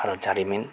भारत जारिमिन